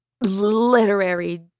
literary